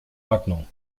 ordnung